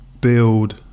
build